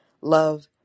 Love